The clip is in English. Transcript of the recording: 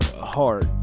heart